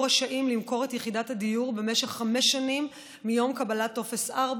רשאים למכור את יחידת הדיור במשך חמש שנים מיום קבלת טופס 4,